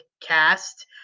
cast